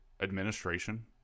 administration